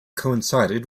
coincided